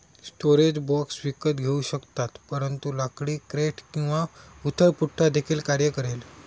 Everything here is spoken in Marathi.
स्टोरेज बॉक्स विकत घेऊ शकतात परंतु लाकडी क्रेट किंवा उथळ पुठ्ठा देखील कार्य करेल